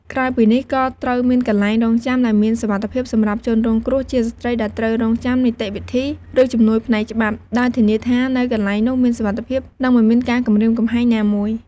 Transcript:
ក្រៅពីនេះក៏ត្រូវមានកន្លែងរង់ចាំដែលមានសុវត្ថិភាពសម្រាប់ជនរងគ្រោះជាស្ត្រីដែលត្រូវរង់ចាំនីតិវិធី ឬជំនួយផ្នែកច្បាប់ ដោយធានាថានៅកន្លែងនោះមានសុវត្ថិភាព និងមិនមានការគំរាមកំហែងណាមួយ។